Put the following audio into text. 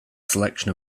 selection